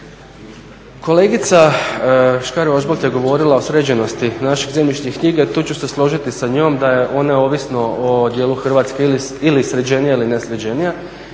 Kolegica Škare-Ožbolt je govorila o sređenosti naših zemljišnih knjiga. Tu ću se složiti sa njom da one ovisno o dijelu Hrvatske ili sređenija ili nesređenija.